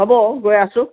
হ'ব গৈ আছোঁ